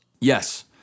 Yes